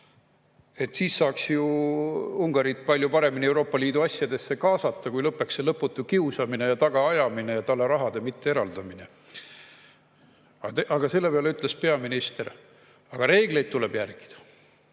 Siis saaks ju Ungarit palju paremini Euroopa Liidu asjadesse kaasata, kui lõpeks see lõputu kiusamine ja tagaajamine ja talle rahade mitte eraldamine." Selle peale ütles peaminister: "Aga reegleid tuleb järgida.